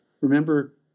Remember